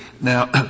now